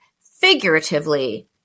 figuratively